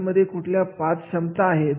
संस्थेमध्ये कुठल्या पाच क्षमता आहेत